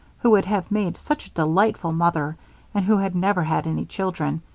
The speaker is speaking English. who would have made such a delightful mother and who had never had any children,